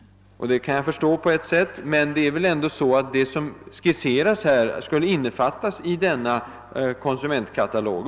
Det kan jag på sätt och vis förstå. Men vad är det som skulle utgöra innehållet i en sådan konsumentkatalog?